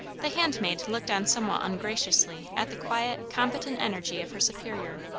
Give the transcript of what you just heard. the handmaid looked on somewhat ungraciously at the quiet, competent energy of her superior,